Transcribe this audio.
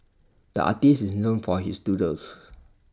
the artist is known for his doodles